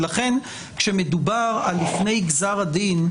ולכן כשמדובר על לפני גזר הדין,